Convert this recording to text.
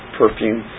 perfume